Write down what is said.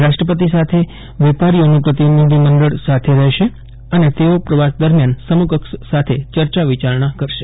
રાષ્ટ્રપતિ સાથે વેપારીઓનું પ્રતિનિધિમંડળ સાથે રફેશે અને તેઓ પ્રવાસ દરમિયાન સમકક્ષ સાથે ચર્ચા વિચારણા કરશે